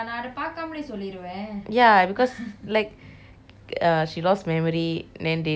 ya because like err she lost memory then they trying to prove her